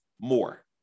more